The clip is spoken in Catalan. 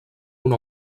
una